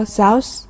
south